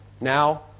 now